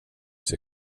sig